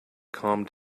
calmed